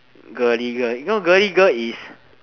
girly girls you know girly girls is